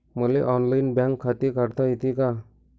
मले online bank खाते काढता येते का?